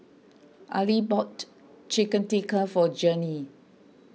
Arlie bought Chicken Tikka for Journey